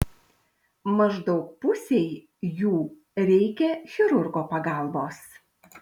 maždaug pusei jų reikia chirurgo pagalbos